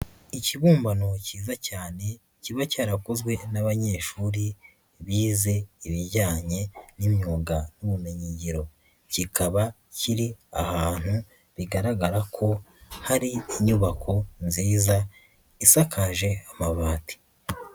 Ikibumbano kiza cyane kiba cyarakozwe n'abanyeshuri bize ibijyanye n'imyuga n'ubumenyingiro, kikaba kiri ahantu bigaragara ko hari inyubako nziza isakaje amabati.